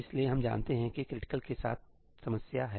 इसलिए हम जानते हैं कि क्रिटिकल के साथ समस्या है